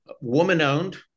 woman-owned